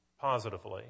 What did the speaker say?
positively